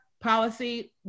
policy